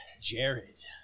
jared